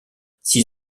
six